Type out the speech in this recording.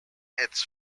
its